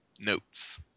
Notes